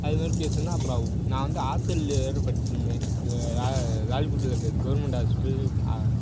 அது மாதிரி பேசினா அப்புறம் நான் வந்து ஹாஸ்டலில் வேறு படிச்சுருந்தேன் லால்குடியில் இருக்கிறது கவுர்மெண்ட் ஹாஸ்டல்